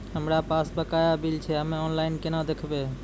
हमरा पास बकाया बिल छै हम्मे ऑनलाइन केना देखबै?